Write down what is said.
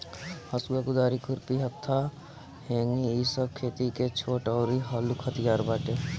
हसुआ, कुदारी, खुरपी, हत्था, हेंगी इ सब खेती के छोट अउरी हलुक हथियार बाटे